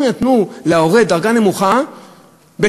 אם הם נתנו להורה דרגה נמוכה בטעות,